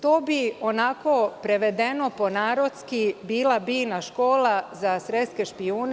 To bi, onako prevedeno po narodski, bila Biina škola za svetske špijune.